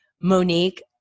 Monique